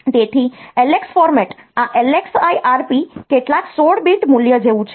તેથી LX format આ LXI Rp કેટલાક 16 બીટ મૂલ્ય જેવું છે